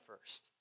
first